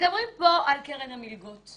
מדברים פה על קרן המלגות,